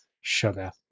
sugar